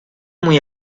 muy